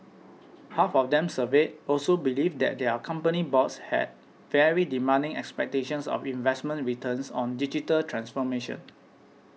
half of them surveyed also believed that their company boards had very demanding expectations of investment returns on digital transformation